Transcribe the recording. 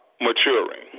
maturing